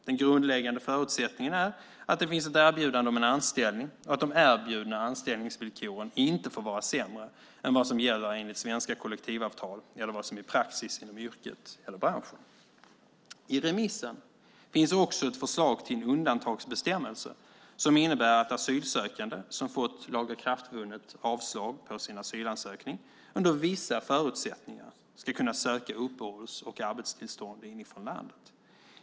Den grundläggande förutsättningen är att det finns ett erbjudande om en anställning och att de erbjudna anställningsvillkoren inte får vara sämre än vad som gäller enligt svenska kollektivavtal eller vad som är praxis inom yrket eller branschen. I remissen finns också ett förslag till en undantagsbestämmelse som innebär att asylsökande som fått lagakraftvunnet avslag på sin asylansökning under vissa förutsättningar ska kunna söka uppehålls och arbetstillstånd inifrån landet.